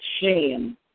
shame